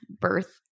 birth